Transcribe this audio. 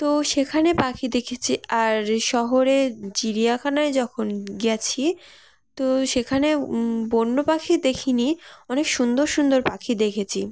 তো সেখানে পাখি দেখেছি আর শহরে চিড়িয়াখানায় যখন গেছি তো সেখানে বন্য পাখি দেখিনি অনেক সুন্দর সুন্দর পাখি দেখেছি